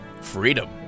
freedom